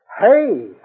Hey